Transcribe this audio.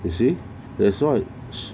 you see that's why